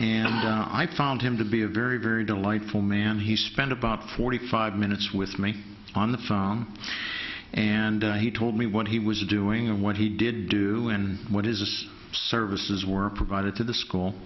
and i found him to be a very very delightful man he spent about forty five minutes with me on the phone and he told me what he was doing and what he did do and what is services were provided to the school